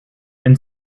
and